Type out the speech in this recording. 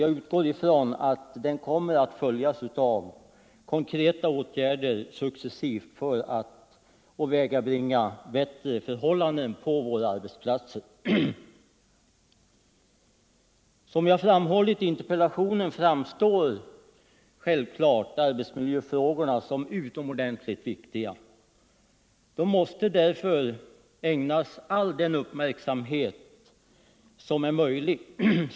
Jag utgår ifrån att den successivt kommer att följas av konkreta åtgärder för att åvägabringa bättre förhållanden på våra arbetsplatser. Såsom jag framhållit i interpellationen framstår självklart arbetsmiljöfrågorna som utomordentligt viktiga. De måste därför ägnas all den uppmärksamhet som är möjlig.